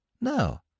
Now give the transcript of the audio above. No